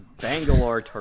Bangalore